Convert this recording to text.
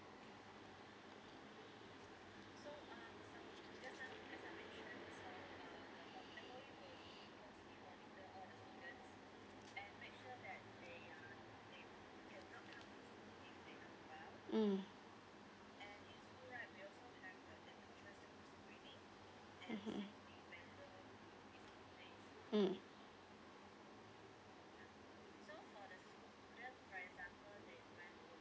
mm mmhmm mm mmhmm mm